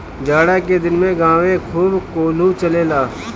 जाड़ा के दिन में गांवे खूब कोल्हू चलेला